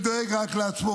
ודואג רק לעצמו.